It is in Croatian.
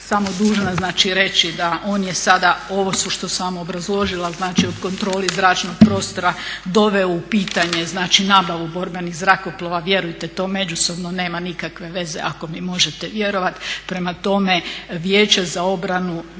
samo dužna reći da on je sada, ovo su što sam vam obrazložila, znači o kontroli zračnog prostora doveo u pitanje znači nabavu borbenih zrakoplova, vjerujte to međusobno nema nikakve veze, ako mi možete vjerovati. Prema tome Vijeće za obranu prošle